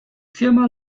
firma